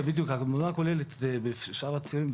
התמונה הכוללת בשאר הצירים,